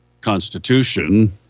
constitution